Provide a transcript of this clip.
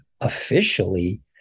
officially